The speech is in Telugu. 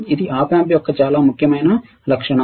ఇది Op amp యొక్క చాలా ఒక ముఖ్యమైన లక్షణo